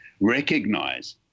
recognize